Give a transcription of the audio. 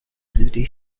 زودی